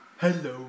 hello